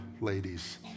ladies